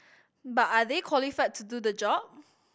but are they qualified to do the job